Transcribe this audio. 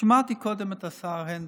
שמעתי קודם את השר הנדל.